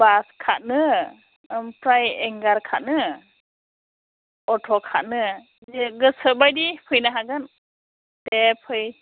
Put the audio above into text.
बास खारो ओमफ्राय उइंगार खारो अट' खारो दे गोसोबायदि फैनो हागोन दे फै